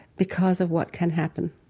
because of what can happen